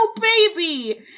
baby